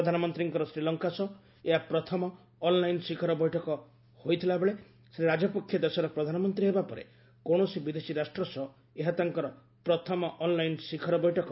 ପ୍ରଧାନମନ୍ତ୍ରୀଙ୍କର ଶ୍ରୀଲଙ୍କା ସହ ଏହା ପ୍ରଥମ ଅନ୍ଲାଇନ୍ ଶିଖର ବୈଠକ ହୋଇଥିବା ବେଳେ ଶ୍ରୀ ରାଜପକ୍ଷେ ଦେଶର ପ୍ରଧାନମନ୍ତ୍ରୀ ହେବା ପରେ କୌଣସି ବିଦେଶୀ ରାଷ୍ଟ୍ର ସହ ଏହା ତାଙ୍କର ପ୍ରଥମ ଅନ୍ଲାଇନ ଶିଖର ବୈଠକ